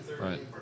Right